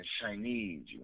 Chinese